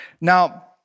Now